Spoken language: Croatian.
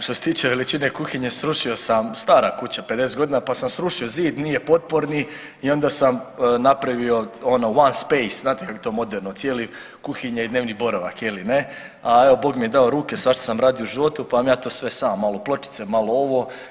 Što se tiče veličine kuhinje, srušio sam, stara kuća 50 godina pa sam srušio zid, nije potporni i onda sam napravio one space, znate kako je to moderno cijela kuhinja i dnevni boravak, a Bog mi je dao ruke, svašta sam radio u životu pa vam ja to sve sam malo pločice, malo ovo.